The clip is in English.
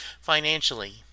financially